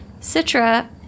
Citra